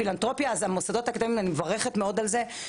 פילנתרופיה אז המוסדות האקדמיים אני מברכת מאוד על זה,